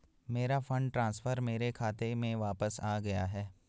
मेरा fund transfer मेरे खाते में वापस आ गया है